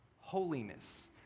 Holiness